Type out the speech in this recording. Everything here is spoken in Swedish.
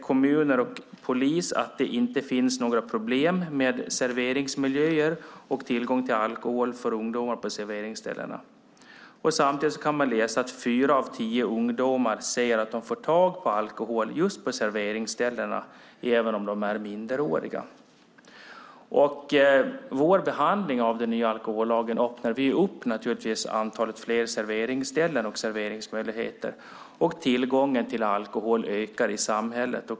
Kommuner och polis säger att det inte finns några problem med serveringsmiljöer och tillgång till alkohol för ungdomar på serveringsställen. Samtidigt kan man i rapporten läsa att fyra av tio ungdomar säger att det får tag på alkohol just på serveringsställen - även om de är minderåriga. Den nya alkohollagen öppnar upp för fler serveringsställen och serveringsmöjligheter och ökar tillgången på alkohol i samhället.